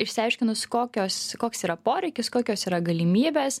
išsiaiškinus kokios koks yra poreikis kokios yra galimybės